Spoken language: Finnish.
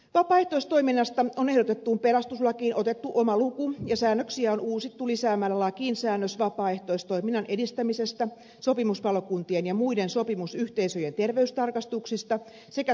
vapaaehtoistoiminnasta on ehdotettuun pelastuslakiin otettu oma luku ja säännöksiä on uusittu lisäämällä lakiin säännös vapaaehtoistoiminnan edistämisestä sopimuspalokuntien ja muiden sopimusyhteisöjen terveystarkastuksista se kä työturvallisuudesta